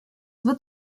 wird